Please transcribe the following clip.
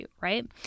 right